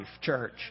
church